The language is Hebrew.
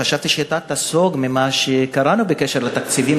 חשבתי שאתה תיסוג ממה שקראנו בקשר לתקציבים,